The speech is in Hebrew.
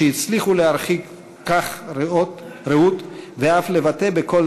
שהצליחו להרחיק כך ראות ואף לבטא בקול